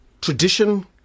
tradition